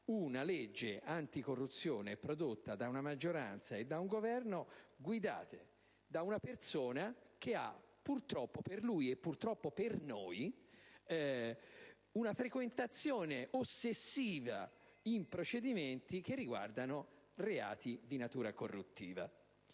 una legge anticorruzione prodotta da una maggioranza e da un Governo guidati da una persona che ha, purtroppo per lui e purtroppo per noi, una frequentazione ossessiva di procedimenti che riguardano reati di natura corruttiva.